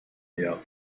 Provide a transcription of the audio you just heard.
meer